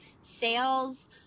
sales